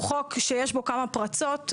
הוא חוק שיש בו כמה פרצות,